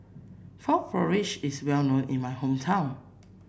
Frog Porridge is well known in my hometown